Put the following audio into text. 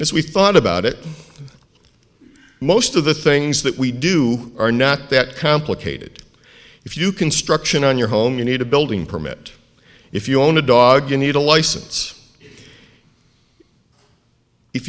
if we thought about it most of the things that we do are not that complicated if you construction on your home you need a building permit if you own a dog you need a license if